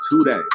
today